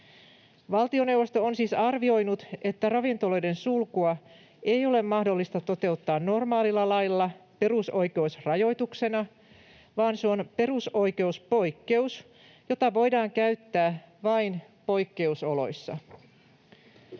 Valtioneuvosto on siis arvioinut, että ravintoloiden sulkua ei ole mahdollista toteuttaa normaalilla lailla perusoikeusrajoituksena, vaan se on perusoikeuspoikkeus, jota voidaan käyttää vain poikkeusoloissa.